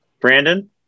Brandon